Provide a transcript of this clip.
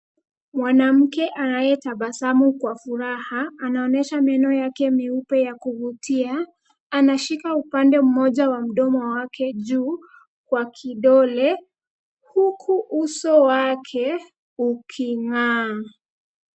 Mwanamke anayetabasamu kwa furaha anaonesha meno yake meupe ya kuvutia, anashika upande mmoja wa mdomo wake juu kwa kidole huku uso wake uking'aa.